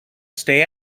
stay